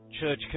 Church